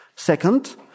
Second